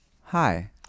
hi